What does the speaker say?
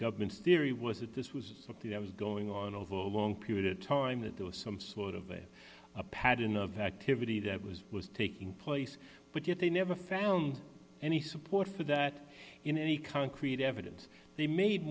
government's theory was that this was what the that was going on over a long period of time that there was some sort of a a pattern of activity that was was taking place but yet they never found any support for that in any concrete evidence they made